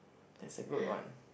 is a good one